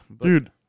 Dude